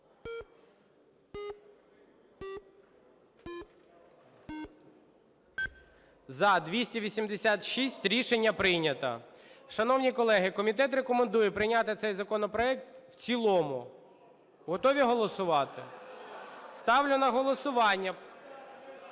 За-286 Рішення прийнято. Шановні колеги, комітет рекомендує прийняти цей законопроект в цілому. Готові голосувати? Ставлю на голосування…